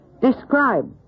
Describe